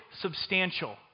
substantial